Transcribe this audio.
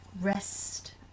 rest